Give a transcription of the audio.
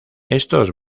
estos